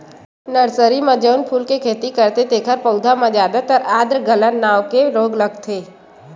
nursery म जउन फूल के खेती करथे तेखर पउधा म जादातर आद्र गलन नांव के रोग लगथे